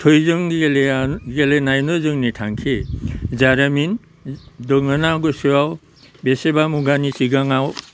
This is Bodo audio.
थैजों गेलेनायानो जोंनि थांखि जारिमिन दङना गोसोआव बेसेबा मुगानि सिगाङाव